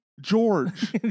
George